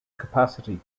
capacity